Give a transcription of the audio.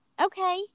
Okay